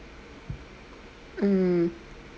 mm